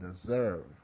deserve